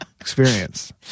experience